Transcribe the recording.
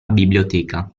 biblioteca